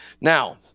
Now